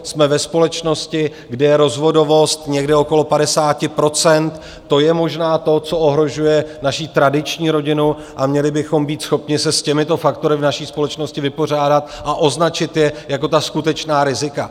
Jsme ve společnosti, kde je rozvodovost někde okolo 50 %, to je možná to, co ohrožuje naší tradiční rodinu, a měli bychom být schopni se s těmito faktory v naší společnosti vypořádat a označit je jako ta skutečná rizika.